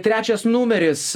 trečias numeris